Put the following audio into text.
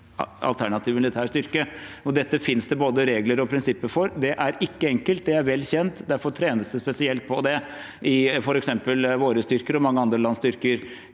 en alternativ militær styrke. Dette finnes det både regler og prinsipper for. Det er ikke enkelt, det er vel kjent, derfor trenes det spesielt på det i f.eks. våre styrker og i mange andre lands styrker.